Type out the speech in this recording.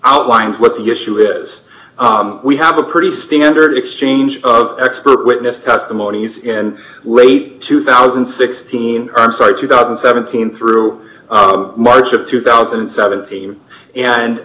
outlines what the issue is d we have a pretty standard exchange of expert witness testimonies in late two thousand and sixteen i'm sorry two thousand and seventeen through march of two thousand and seventeen and